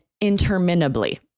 interminably